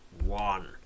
one